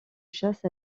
chasse